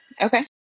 Okay